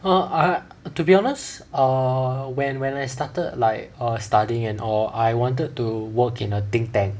well I to be honest err when when I started like err studying and all I wanted to work in a think tank